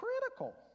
critical